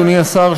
אדוני השר,